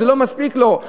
זה לא מספיק לו.